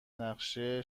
نقشه